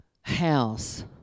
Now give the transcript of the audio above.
house